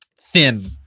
thin